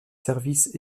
services